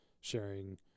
sharing